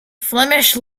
flemish